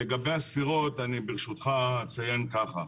לגבי הספירות, אני ברשותך, אציין ככה,